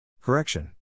Correction